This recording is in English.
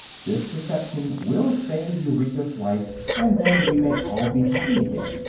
this deception will save eureka's life, and then we may all be happy again.